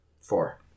Four